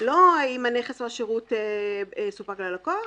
לא "אם נוכח שהנכס או השירות סופק ללקוח",